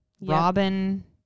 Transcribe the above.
robin